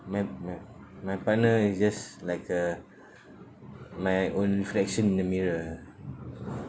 my my my partner is just like a my own reflection in the mirror